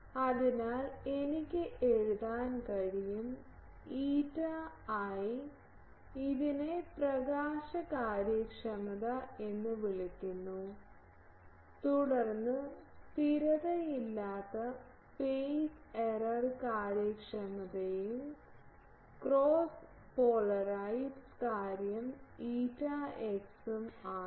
അതിനാൽ എനിക്ക് എഴുതാൻ കഴിയും ηi ഇതിനെ പ്രകാശ കാര്യക്ഷമത എന്ന് വിളിക്കുന്നു തുടർന്ന് സ്ഥിരതയില്ലാത്ത ഫെയ്സ് എറർ കാര്യക്ഷമതയും ക്രോസ് പോളറൈസ്ഡ് കാര്യം ηx ഉം ആണ്